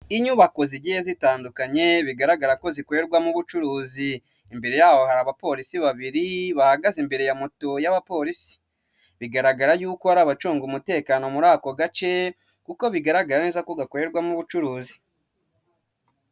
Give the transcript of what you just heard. Inyubako zigiye zitandukanye, bigaragara ko zikorerwamo ubucuruzi. Imbere yaho hari abapolisi babiri bahagaze imbere ya moto y'abapolisi. Bigaragara yuko ari abacunga umutekano muri ako gace, kuko bigaragara neza ko gakorerwamo ubucuruzi.